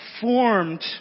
formed